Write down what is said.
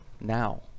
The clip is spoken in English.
now